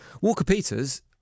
Walker-Peters